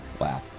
Wow